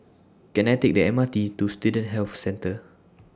Can I Take The M R T to Student Health Centre